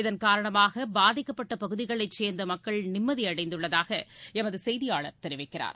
இதன்காரணமாகபாதிக்கப்பட்டபகுதிகளைச் சேர்ந்தமக்கள் நிம்மதிஅடைந்துள்ளதாகஎமதுசெய்தியாளர் தெரிவிக்கிறார்